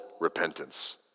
repentance